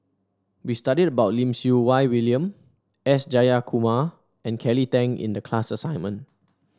we studied about Lim Siew Wai William S Jayakumar and Kelly Tang in the class assignment